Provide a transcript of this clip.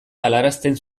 galarazten